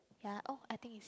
ya oh I think is